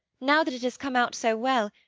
now that it has come out so well,